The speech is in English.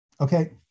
Okay